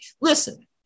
Listen